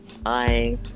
Bye